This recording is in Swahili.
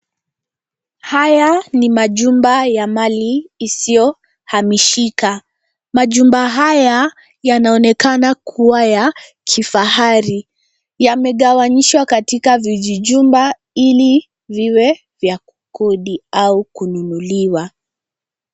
Haya ni majumba ya mali isiyohamishika. Majumba haya yanaonekana kuwa ya kifahari. Yamegawanyishwa katika vijijumba ili viwe vya kukodi au kununuliwa.